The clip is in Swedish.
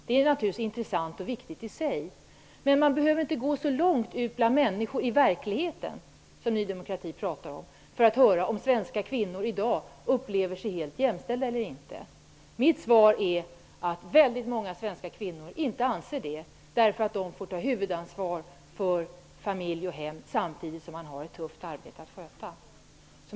Det är intressant och viktigt i sig. Men man behöver inte gå så långt ut bland människor i verkligheten, som nydemokraterna brukar tala om, för att höra om svenska kvinnor i dag upplever sig vara helt jämställda eller inte. Mitt svar är att väldigt många svenska kvinnor inte anser sig vara det, eftersom de får ta huvudansvaret för familj och hem samtidigt som de har ett tufft arbete att sköta.